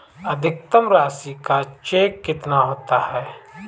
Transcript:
अधिकतम राशि का चेक कितना होता है?